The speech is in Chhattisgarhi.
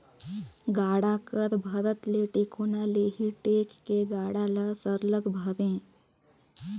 गाड़ा कर भरत ले टेकोना ले ही टेक के गाड़ा ल सरलग भरे